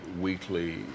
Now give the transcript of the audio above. weekly